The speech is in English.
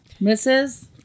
misses